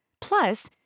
Plus